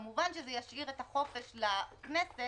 כמובן שזה ישאיר את החופש לכנסת